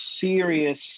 serious